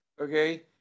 okay